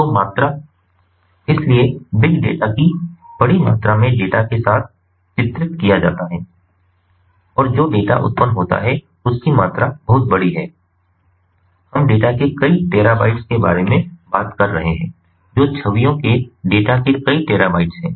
तो मात्रा इसलिए बिग डेटा को बड़ी मात्रा में डेटा के साथ चित्रित किया जाता है और जो डेटा उत्पन्न होता है उसकी मात्रा बहुत बड़ी है हम डेटा के कई टेरा बाइट्स के बारे में बात कर रहे हैं जो छवियों के डेटा के कई टेरा बाइट्स है